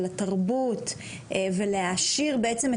על התרבות ולהעשיר בעצם,